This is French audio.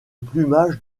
plumage